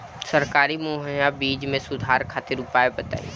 सरकारी मुहैया बीज में सुधार खातिर उपाय बताई?